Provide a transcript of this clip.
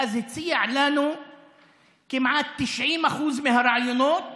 ואז הוא הציע לנו כמעט 90% מהרעיונות